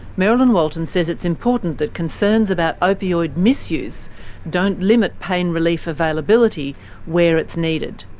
merrilyn walton says it's important that concerns about opioid misuse don't limit pain relief availability where it's needed.